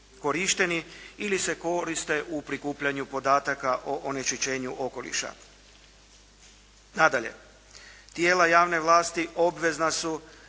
ili se koriste u prikupljanju podataka o onečišćenju okoliša.